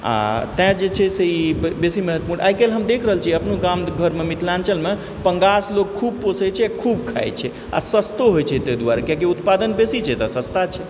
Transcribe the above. आ तैँ जे छै से ई बेसी महत्वपूर्ण आइ काल्हि हम देख रहल छियै अपनो गाम घरमे मिथिलाञ्चलमे पंगास लोक खूब पोषैत छै आ खूब खाइत छै आ सस्तो होइत छै ताहि दुआरे कि उत्पादन बेसी छै तऽ सस्ता छै